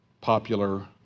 popular